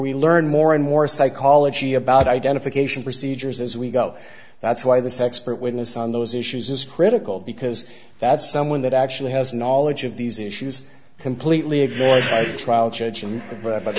we learn more and more psychology about identification procedures as we go that's why the sexpert witness on those issues is critical because that someone that actually has knowledge of these issues completely ignores trial judg